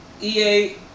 EA